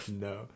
No